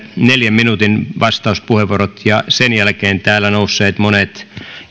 neljän minuutin vastauspuheenvuorot ja sen jälkeen täällä nousseet monet